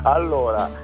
Allora